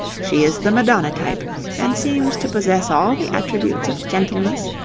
she is the madonna type and seems to possess all the attributes of gentleness,